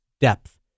Depth